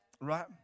right